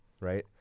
right